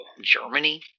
Germany